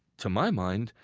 to my mind,